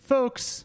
Folks